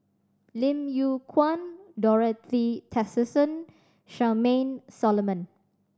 Lim Yew Kuan Dorothy Tessensohn Charmaine Solomon